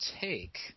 take